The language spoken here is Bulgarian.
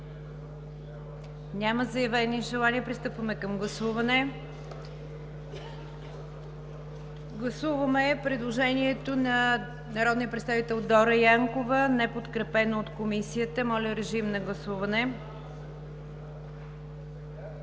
Няма заявени желания. Пристъпваме към гласуване. Гласуваме предложението на народния представител Дора Янкова, неподкрепено от Комисията. Гласували